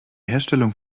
herstellung